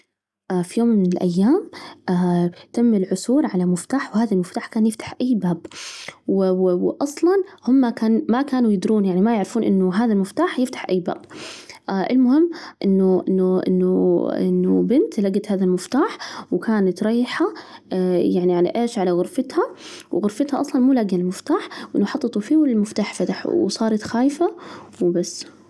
في يوم من الأيام، تم العثور على مفتاح، وهذا المفتاح كان يفتح أي باب، و و وأصلاً هم ما كانوا يدرون، يعني ما يعرفون إن هذا المفتاح يفتح أي باب، المهم إنه إنه إنه إنه بنت لجت هذا المفتاح وكانت رايحة يعني على إيش؟ على غرفتها، وغرفتها أصلاً مو لاجية المفتاح، وإنه حاططه فيه، والمفتاح فتح، وصارت خايفة وبس.